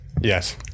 Yes